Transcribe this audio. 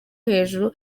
hejuru